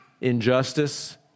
injustice